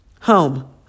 home